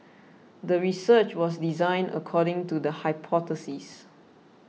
the research was designed according to the hypothesis